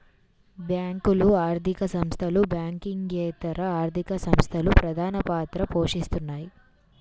బ్యేంకులు, ఆర్థిక సంస్థలు, బ్యాంకింగేతర ఆర్థిక సంస్థలు ప్రధానపాత్ర పోషిత్తాయి